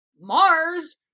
Mars